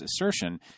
assertion